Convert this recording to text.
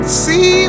see